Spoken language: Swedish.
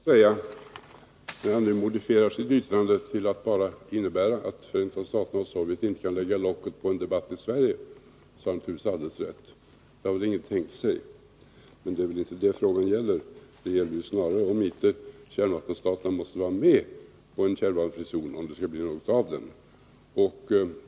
Herr talman! Jag vill säga till Sture Ericson, att när han nu modifierar sitt yttrande till att bara innebära att Förenta staterna och Sovjetunionen inte kan lägga locket på en debatt i Sverige, så har han naturligtvis alldeles rätt. Att så skulle ske har väl ingen tänkt sig. Men det är inte det frågan gäller. Frågan gäller snarare om inte kärnvapenstaterna måste vara med om en kärnvapenfri zon för att det skall bli något av den.